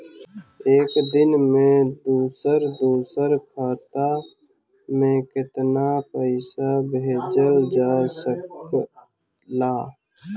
एक दिन में दूसर दूसर खाता में केतना पईसा भेजल जा सेकला?